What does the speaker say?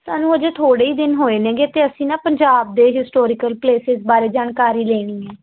ਸਾਨੂੰ ਅਜੇ ਥੋੜ੍ਹੇ ਹੀ ਦਿਨ ਹੋਏ ਨੇਗੇ ਅਤੇ ਅਸੀਂ ਨਾ ਪੰਜਾਬ ਦੇ ਹਿਸਟੋਰੀਕਲ ਪਲੇਸਿਸ ਬਾਰੇ ਜਾਣਕਾਰੀ ਲੈਣੀ ਹੈ